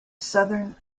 southern